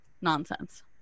nonsense